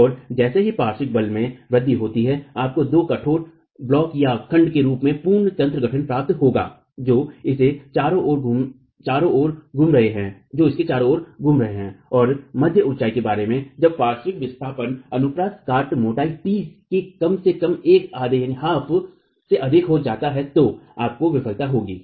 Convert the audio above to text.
और जैसे ही पार्श्व बल में वृद्धि होती है आपको दो कठोर खंडब्लॉकों के रूप में पूर्ण तंत्र गठन प्राप्त होगा जो इसके चारों ओर घूम रहे हैं और मध्य ऊंचाई के बारे में जब पार्श्व विस्थापन अनुप्रस्थ काट मोटाई t के कम से कम एक आधे से अधिक हो जाता है तो आपको विफलता होगी